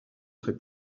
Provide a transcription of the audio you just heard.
très